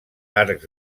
arcs